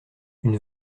une